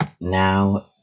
now